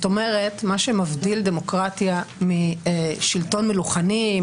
מה שמבדיל דמוקרטיה משלטון מלוכני,